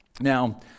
Now